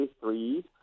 three